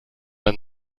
der